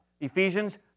Ephesians